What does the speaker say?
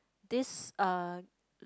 this uh